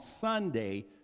Sunday